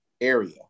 area